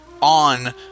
on